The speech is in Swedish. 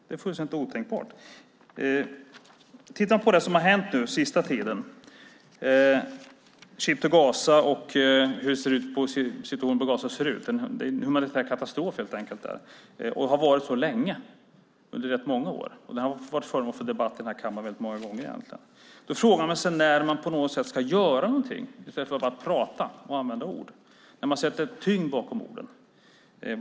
Det är fullständigt otänkbart. Tittar man på det som har hänt under den senaste tiden när det gäller Ship to Gaza och hur situationen i Gaza ser ut, där det helt enkelt är en humanitär katastrof, och så har det varit under rätt många år. Den har varit föremål för debatt i denna kammare många gånger. Då är frågan: När ska man göra någonting i stället för att bara prata, alltså sätta tyngd bakom orden?